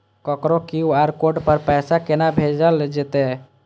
ककरो QR code पर पैसा कोना भेजल जेतै?